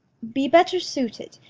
be better suited.